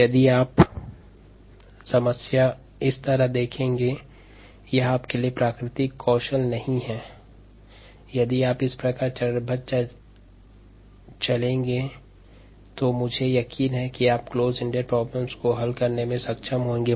यदि आप समस्या को इस तरह देखेंगे तब यदि यह आपके लिए प्राकृतिक कौशल नहीं भी है तब भी यदि आप इस प्रकार चलेंगे तो मुझे यकीन है कि आप क्लोज एंडेड समस्या को हल करने में सक्षम होंगे